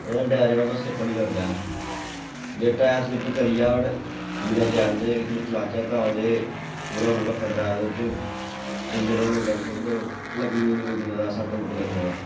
ओह्दे कन्नै टैर जेह्ड़ा होंदा स्लिप निं करदा ऐ जे टैर स्लिप करी जान बिना चैन दे जे तुस चलाचै तां ते पूरा पूरा खतरा ऐ ओह्दे च इंजर्ड होने दा मतलब लग्गने लूग्गने दा सट्ट सुट्ट लग्गने दा